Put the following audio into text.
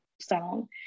song